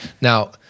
Now